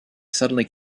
suddenly